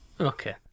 Okay